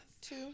two